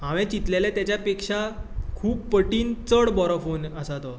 हांवे चितलेलें तेच्या पेक्षां खूब पटीन चड बरो फॉन आसा तो